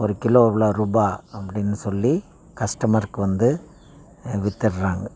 ஒரு கிலோ இவ்வளோ ரூபாய் அப்படின்னு சொல்லி கஸ்டமருக்கு வந்து வித்துர்றாங்கள்